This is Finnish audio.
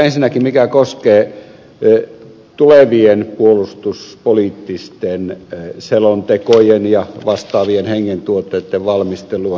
ensinnäkin mikä koskee tulevien puolustuspoliittisten selontekojen ja vastaavien hengentuotteitten valmistelua